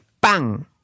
bang